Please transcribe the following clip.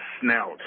snout